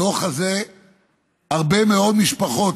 בדוח הזה הרבה מאוד משפחות,